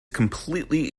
completely